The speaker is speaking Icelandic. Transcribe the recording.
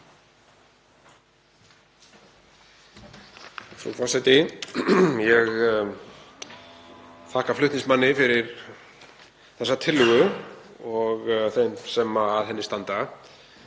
Frú forseti. Ég þakka flutningsmanni fyrir þessa tillögu og þeim sem að henni standa.